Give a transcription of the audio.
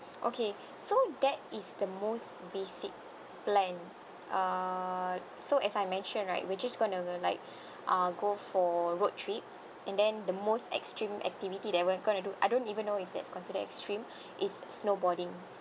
okay so that is the most basic plan err so as I mentioned right we're just gonna like uh go for road trips and then the most extreme activity that we're gonna do I don't even know if that's considered extreme is snowboarding